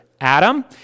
Adam